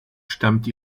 stammt